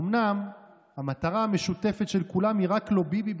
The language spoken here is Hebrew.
אומנם המטרה המשותפת של כולם היא "רק לא ביבי",